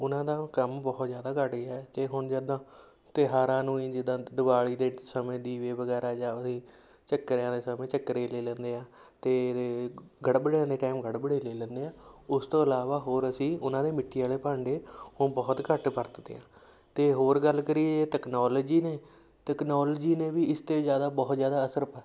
ਉਹਨਾਂ ਦਾ ਕੰਮ ਬਹੁਤ ਜ਼ਿਆਦਾ ਘੱਟ ਗਿਆ ਜੇ ਹੁਣ ਜਿੱਦਾਂ ਤਿਉਹਾਰਾ ਨੂੰ ਜਿੱਦਾਂ ਦਿਵਾਲੀ ਦੇ ਸਮੇਂ ਦੀਵੇ ਵਗੈਰਾ ਜਾ ਉਹਦੀ ਝੱਕਰਿਆਂ ਦੇ ਸਮੇਂ ਝੱਕਰੇ ਲੈ ਲੈਂਦੇ ਆ ਅਤੇ ਅਤੇ ਗੜਬੜਿਆਂ ਦੇ ਟਾਇਮ ਗੜਬੜੇ ਲੇ ਲੈਂਦੇ ਆ ਉਸ ਤੋਂ ਇਲਾਵਾ ਹੋਰ ਅਸੀਂ ਉਹਨਾਂ ਦੇ ਮਿੱਟੀ ਵਾਲੇ ਭਾਂਡੇ ਉਹ ਬਹੁਤ ਘੱਟ ਵਰਤਦੇ ਆ ਅਤੇ ਹੋਰ ਗੱਲ ਕਰੀਏ ਤੈਕਨੋਲਜੀ ਨੇ ਤੈਕਨੋਲਜੀ ਨੇ ਵੀ ਇਸ 'ਤੇ ਜ਼ਿਆਦਾ ਬਹੁਤ ਜ਼ਿਆਦਾ ਅਸਰ